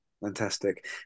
Fantastic